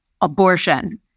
abortion